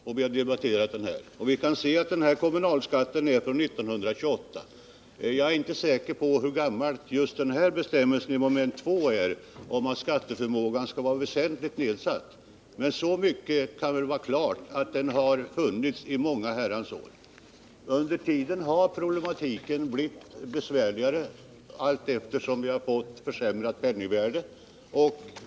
Kommunalskattelagen daterar sig som bekant till 1928. Jag är inte säker på hur gammal bestämmelsen i 2 mom. paragrafen om att skatteförmågan skall vara väsentligt nedsatt är, men så mycket är klart att den funnits i många år. Problematiken har blivit allt besvärligare allteftersom penningvärdet har försämrats.